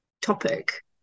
topic